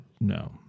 No